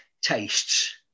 tastes